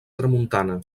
tramuntana